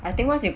I think once you